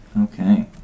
Okay